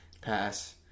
pass